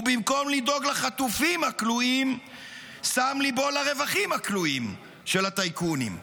ובמקום לדאוג לחטופים הכלואים שם ליבו לרווחים הכלואים של הטייקונים,